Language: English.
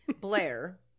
Blair